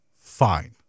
fine